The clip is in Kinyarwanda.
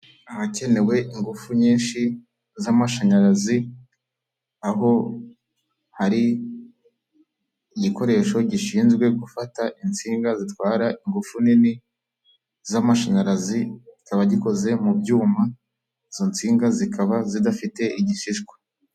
Ahakenewe ingufu nyinshi z'amashanyarazi aho hari igikoresho gishinzwe gufata insinga zitwara ingufu nini z'amashanyarazi zikaba zikoze mu byuma izo nsinga zikaba zidafite igishishwa.